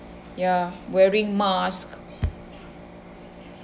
ya wearing mask